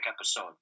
episode